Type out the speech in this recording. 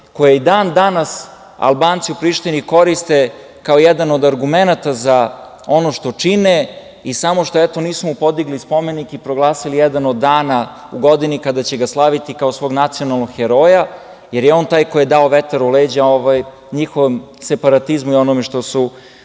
koje i dan danas Albanci u Prištini koriste kao jedan od argumenata za ono što čine i samo što, eto, nisu mu podigli spomenik i proglasili jedan od dana u godini kada će ga slaviti kao svog nacionalnog heroja, jer je on taj koji je dao vetar u leđa njihovom separatizmu i onome što su